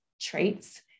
traits